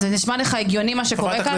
זה נשמע לך הגיוני מה שקורה כאן.